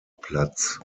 platz